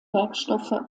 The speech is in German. werkstoffe